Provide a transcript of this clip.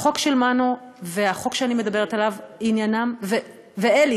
החוק של מנו והחוק שאני מדברת עליו, עניינם, ואלי.